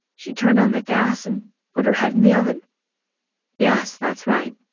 she turned on the gas and put her head in the oven yes. that's right.